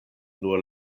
nur